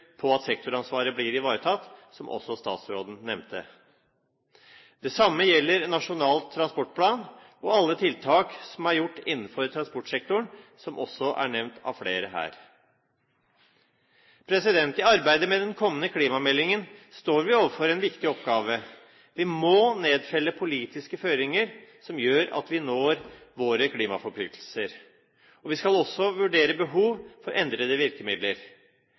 på at sektoransvaret blir ivaretatt, som også statsråden nevnte. Det samme gjelder Nasjonal transportplan og alle tiltak som er gjort innenfor transportsektoren, som også er nevnt av flere her. I arbeidet med den kommende klimameldingen står vi overfor en viktig oppgave. Vi må nedfelle politiske føringer som gjør at vi når våre klimaforpliktelser. Vi skal også vurdere behov for endrede virkemidler.